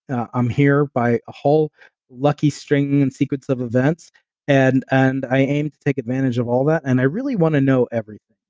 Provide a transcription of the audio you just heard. i'm here by a whole lucky string in sequence of events and and i aim to take advantage of all that, and i really want to know everything.